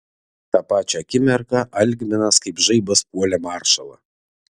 tą pačią akimirką algminas kaip žaibas puolė maršalą